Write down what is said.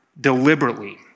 deliberately